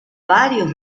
varios